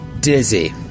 Dizzy